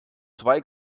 zwei